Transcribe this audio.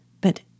But